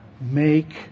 make